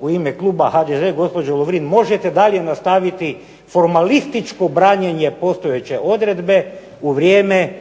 u ime Kluba HDZ-a gospođo Lovrin možete dalje nastaviti formalističko branjenje postojeće odredbe, u vrijeme